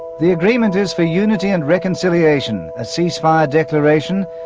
the agreement is for unity and reconciliation, a ceasefire declaration,